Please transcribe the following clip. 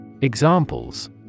Examples